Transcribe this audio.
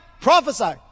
Prophesy